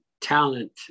talent